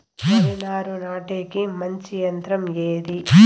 వరి నారు నాటేకి మంచి యంత్రం ఏది?